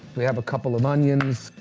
we have a couple of onions.